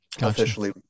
officially